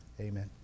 amen